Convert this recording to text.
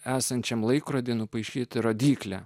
esančiam laikrodį nupaišyti rodyklę